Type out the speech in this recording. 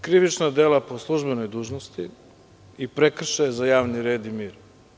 Krivična dela po službenoj dužnosti i prekršaj za javni red i mir.